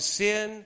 sin